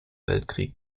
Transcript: weltkrieg